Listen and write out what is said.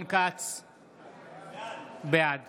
בעד